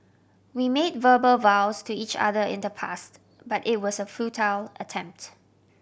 we made verbal vows to each other in the past but it was a futile attempt